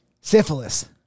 Syphilis